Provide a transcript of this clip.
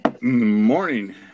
Morning